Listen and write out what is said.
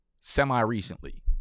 semi-recently